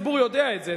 הציבור יודע את זה,